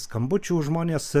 skambučių žmonės